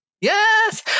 Yes